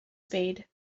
spade